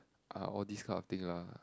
are all these kind of thing lah